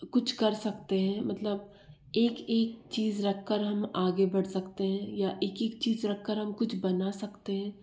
कुछ कर सकते हैं मतलब एक एक चीज़ रखकर हम आगे बढ़ सकते हैं या एक एक चीज़ रखकर हम कुछ बना सकते हैं